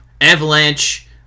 avalanche